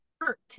hurt